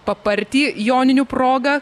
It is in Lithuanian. papartį joninių proga